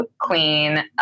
queen